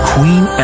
Queen